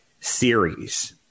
series